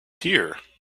here